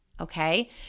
okay